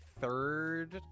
third